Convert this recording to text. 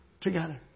together